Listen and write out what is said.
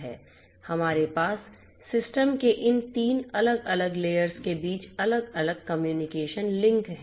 हमारे पास सिस्टम के इन 3 अलग अलग लेयर्स के बीच अलग अलग कम्युनिकेशन लिंक हैं